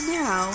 now